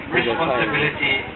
responsibility